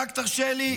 רק תרשה לי.